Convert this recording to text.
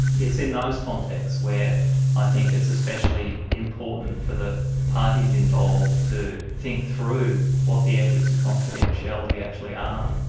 it's in those contexts where i think it's especially important for the parties involved to think through what the ethics of confidentiality actually are.